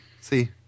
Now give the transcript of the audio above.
See